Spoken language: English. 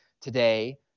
today